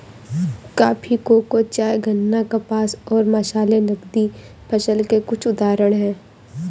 coffee, cocoa, चाय, गन्ना, कपास और मसाले नकदी फसल के कुछ उदाहरण हैं